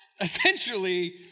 Essentially